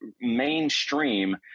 mainstream